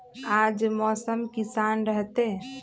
आज मौसम किसान रहतै?